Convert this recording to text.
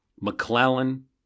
McClellan